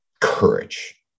courage